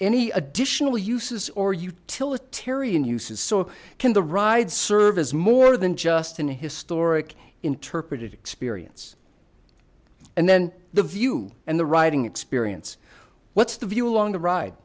any additional uses or utilitarian uses so can the ride serve as more than just an historic interpretive experience and then the view and the riding experience what's the view along the ride